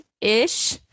ish